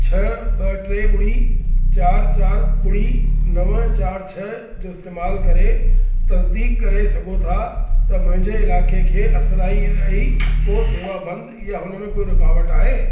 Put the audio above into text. छह ॿ टे ॿुड़ी चारि चारि ॿुड़ी नवं चारि छह जो इस्तेमालु करे तस्दीकु करे सघो था त मुंहिंजे इलाइक़े खे असाराई रही को शेवा बंदि यां हुनमें को रूकावटु आहे